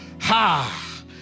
Ha